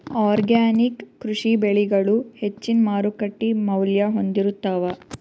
organic ಕೃಷಿ ಬೆಳಿಗಳು ಹೆಚ್ಚಿನ್ ಮಾರುಕಟ್ಟಿ ಮೌಲ್ಯ ಹೊಂದಿರುತ್ತಾವ